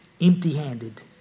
empty-handed